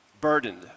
burdened